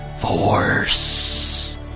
Force